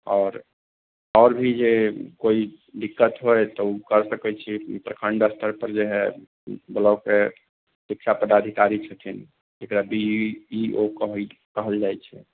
आओर भी जे कोइ दिक्क्त होए तऽ ओ करा सकै छी प्रखण्ड स्तर पर जे है ब्लॉक शिक्षा पदाधिकारी छथिन जेकरा बी इ ओ कहल जाइ छै